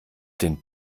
den